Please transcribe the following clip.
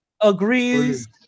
agrees